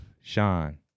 Sean